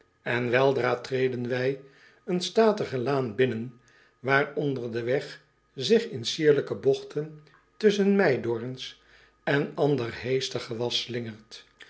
en weldra treden wij een statige laan binnen waaronder de weg zich in sierlijke bogten tusschen meidoorns en ander heestergewas